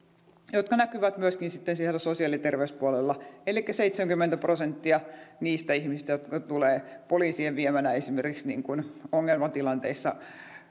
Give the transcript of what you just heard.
ja ne näkyvät myöskin sitten siellä sosiaali ja terveyspuolella seitsemänkymmentä prosenttia niistä ihmisistä jotka tulevat esimerkiksi poliisien viemänä ongelmatilanteissa